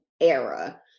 era